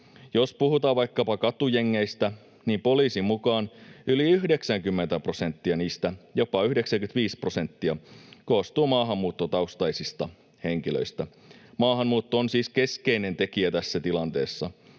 Jos puhutaan vaikkapa katujengeistä, niin poliisin mukaan yli 90 prosenttia, jopa 95 prosenttia, niistä koostuu maahanmuuttotaustaisista henkilöistä. Maahanmuutto on siis keskeinen tekijä tässä tilanteessa,